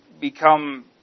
become